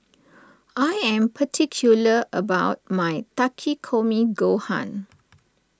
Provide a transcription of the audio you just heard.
I am particular about my Takikomi Gohan